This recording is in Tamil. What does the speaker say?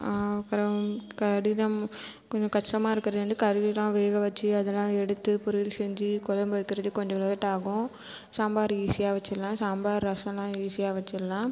அப்புறம் கடினம் கொஞ்சம் கஷ்டமாக இருக்கிறது வந்து கறியெலாம் வேக வச்சு அதெல்லாம் எடுத்து பொரியல் செஞ்சு குழம்பு வைக்கிறது கொஞ்சம் லேட்டாகும் சாம்பார் ஈசியா வச்சுட்லாம் சாம்பார் ரசமெலாம் ஈசியாக வச்சுட்லாம்